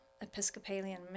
Episcopalian